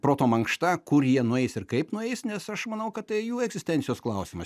proto mankšta kur jie nueis ir kaip nueis nes aš manau kad tai jų egzistencijos klausimas